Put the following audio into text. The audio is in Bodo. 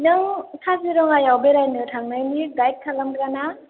नों काजिरङायाव बेरायनो थांनायनि गाइड खालामग्रा ना